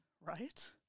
Right